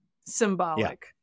symbolic